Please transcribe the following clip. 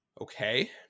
Okay